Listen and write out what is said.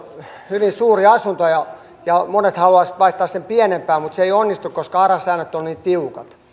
hyvin suuri asunto ja ja monet haluaisivat vaihtaa sen pienempään mutta se ei onnistu koska aran säännöt ovat niin tiukat